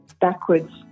backwards